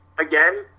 Again